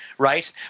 Right